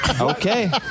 Okay